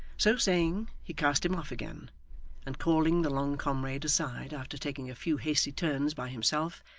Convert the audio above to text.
so saying, he cast him off again and calling the long comrade aside after taking a few hasty turns by himself,